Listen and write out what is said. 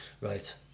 Right